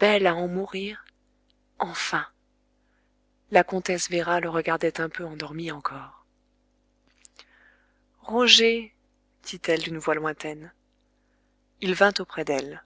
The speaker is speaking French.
belle à en mourir enfin la comtesse véra le regardait un peu endormie encore roger dit-elle d'une voix lointaine il vint auprès d'elle